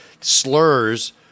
slurs